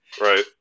Right